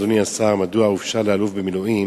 אדוני השר: מדוע אופשר לאלוף במילואים